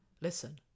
Listen